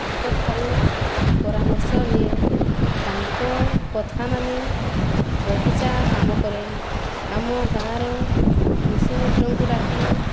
ତାଙ୍କ ଠାରୁ ପରାମର୍ଶ ନିଏ ତାଙ୍କ କଥା ମାନି ବଗିଚା କାମ କରେ ଆମ ଗାଁର କୃଷିମିତ୍ରଙ୍କୁ ଡାକି